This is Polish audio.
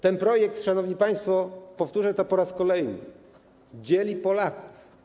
Ten projekt, szanowni państwo, powtórzę to po raz kolejny, dzieli Polaków.